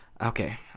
Okay